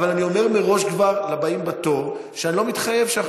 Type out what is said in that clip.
אבל אני אומר מראש לבאים בתור שאני לא מתחייב שאנחנו